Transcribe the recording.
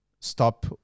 stop